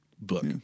book